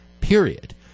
period